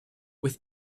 with